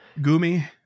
Gumi